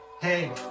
Hey